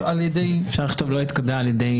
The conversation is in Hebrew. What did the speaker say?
אפשר לכתוב לא התקבלה על ידי